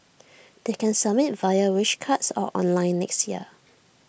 they can submit via wish cards or online next year